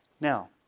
Now